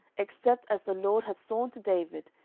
except, as the lord hath sworn to david,